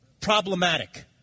problematic